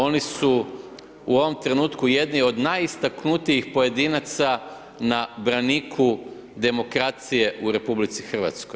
Oni su u ovom trenutku jedni od najistaknutijih pojedinaca na braniku demokracije u RH.